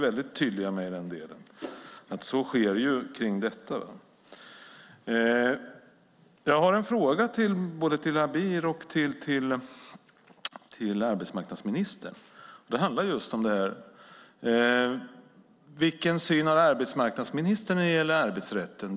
Jag undrar vilken syn arbetsmarknadsministern har när det gäller arbetsrätten?